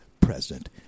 president